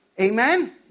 Amen